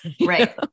Right